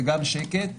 וגם שקט?